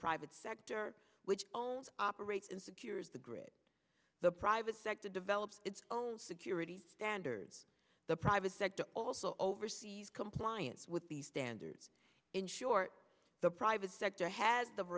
private sector which owns operates and secures the grid the private sector develops its own security standards the private sector also oversees compliance with the standards in short the private sector has the